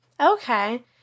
Okay